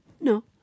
no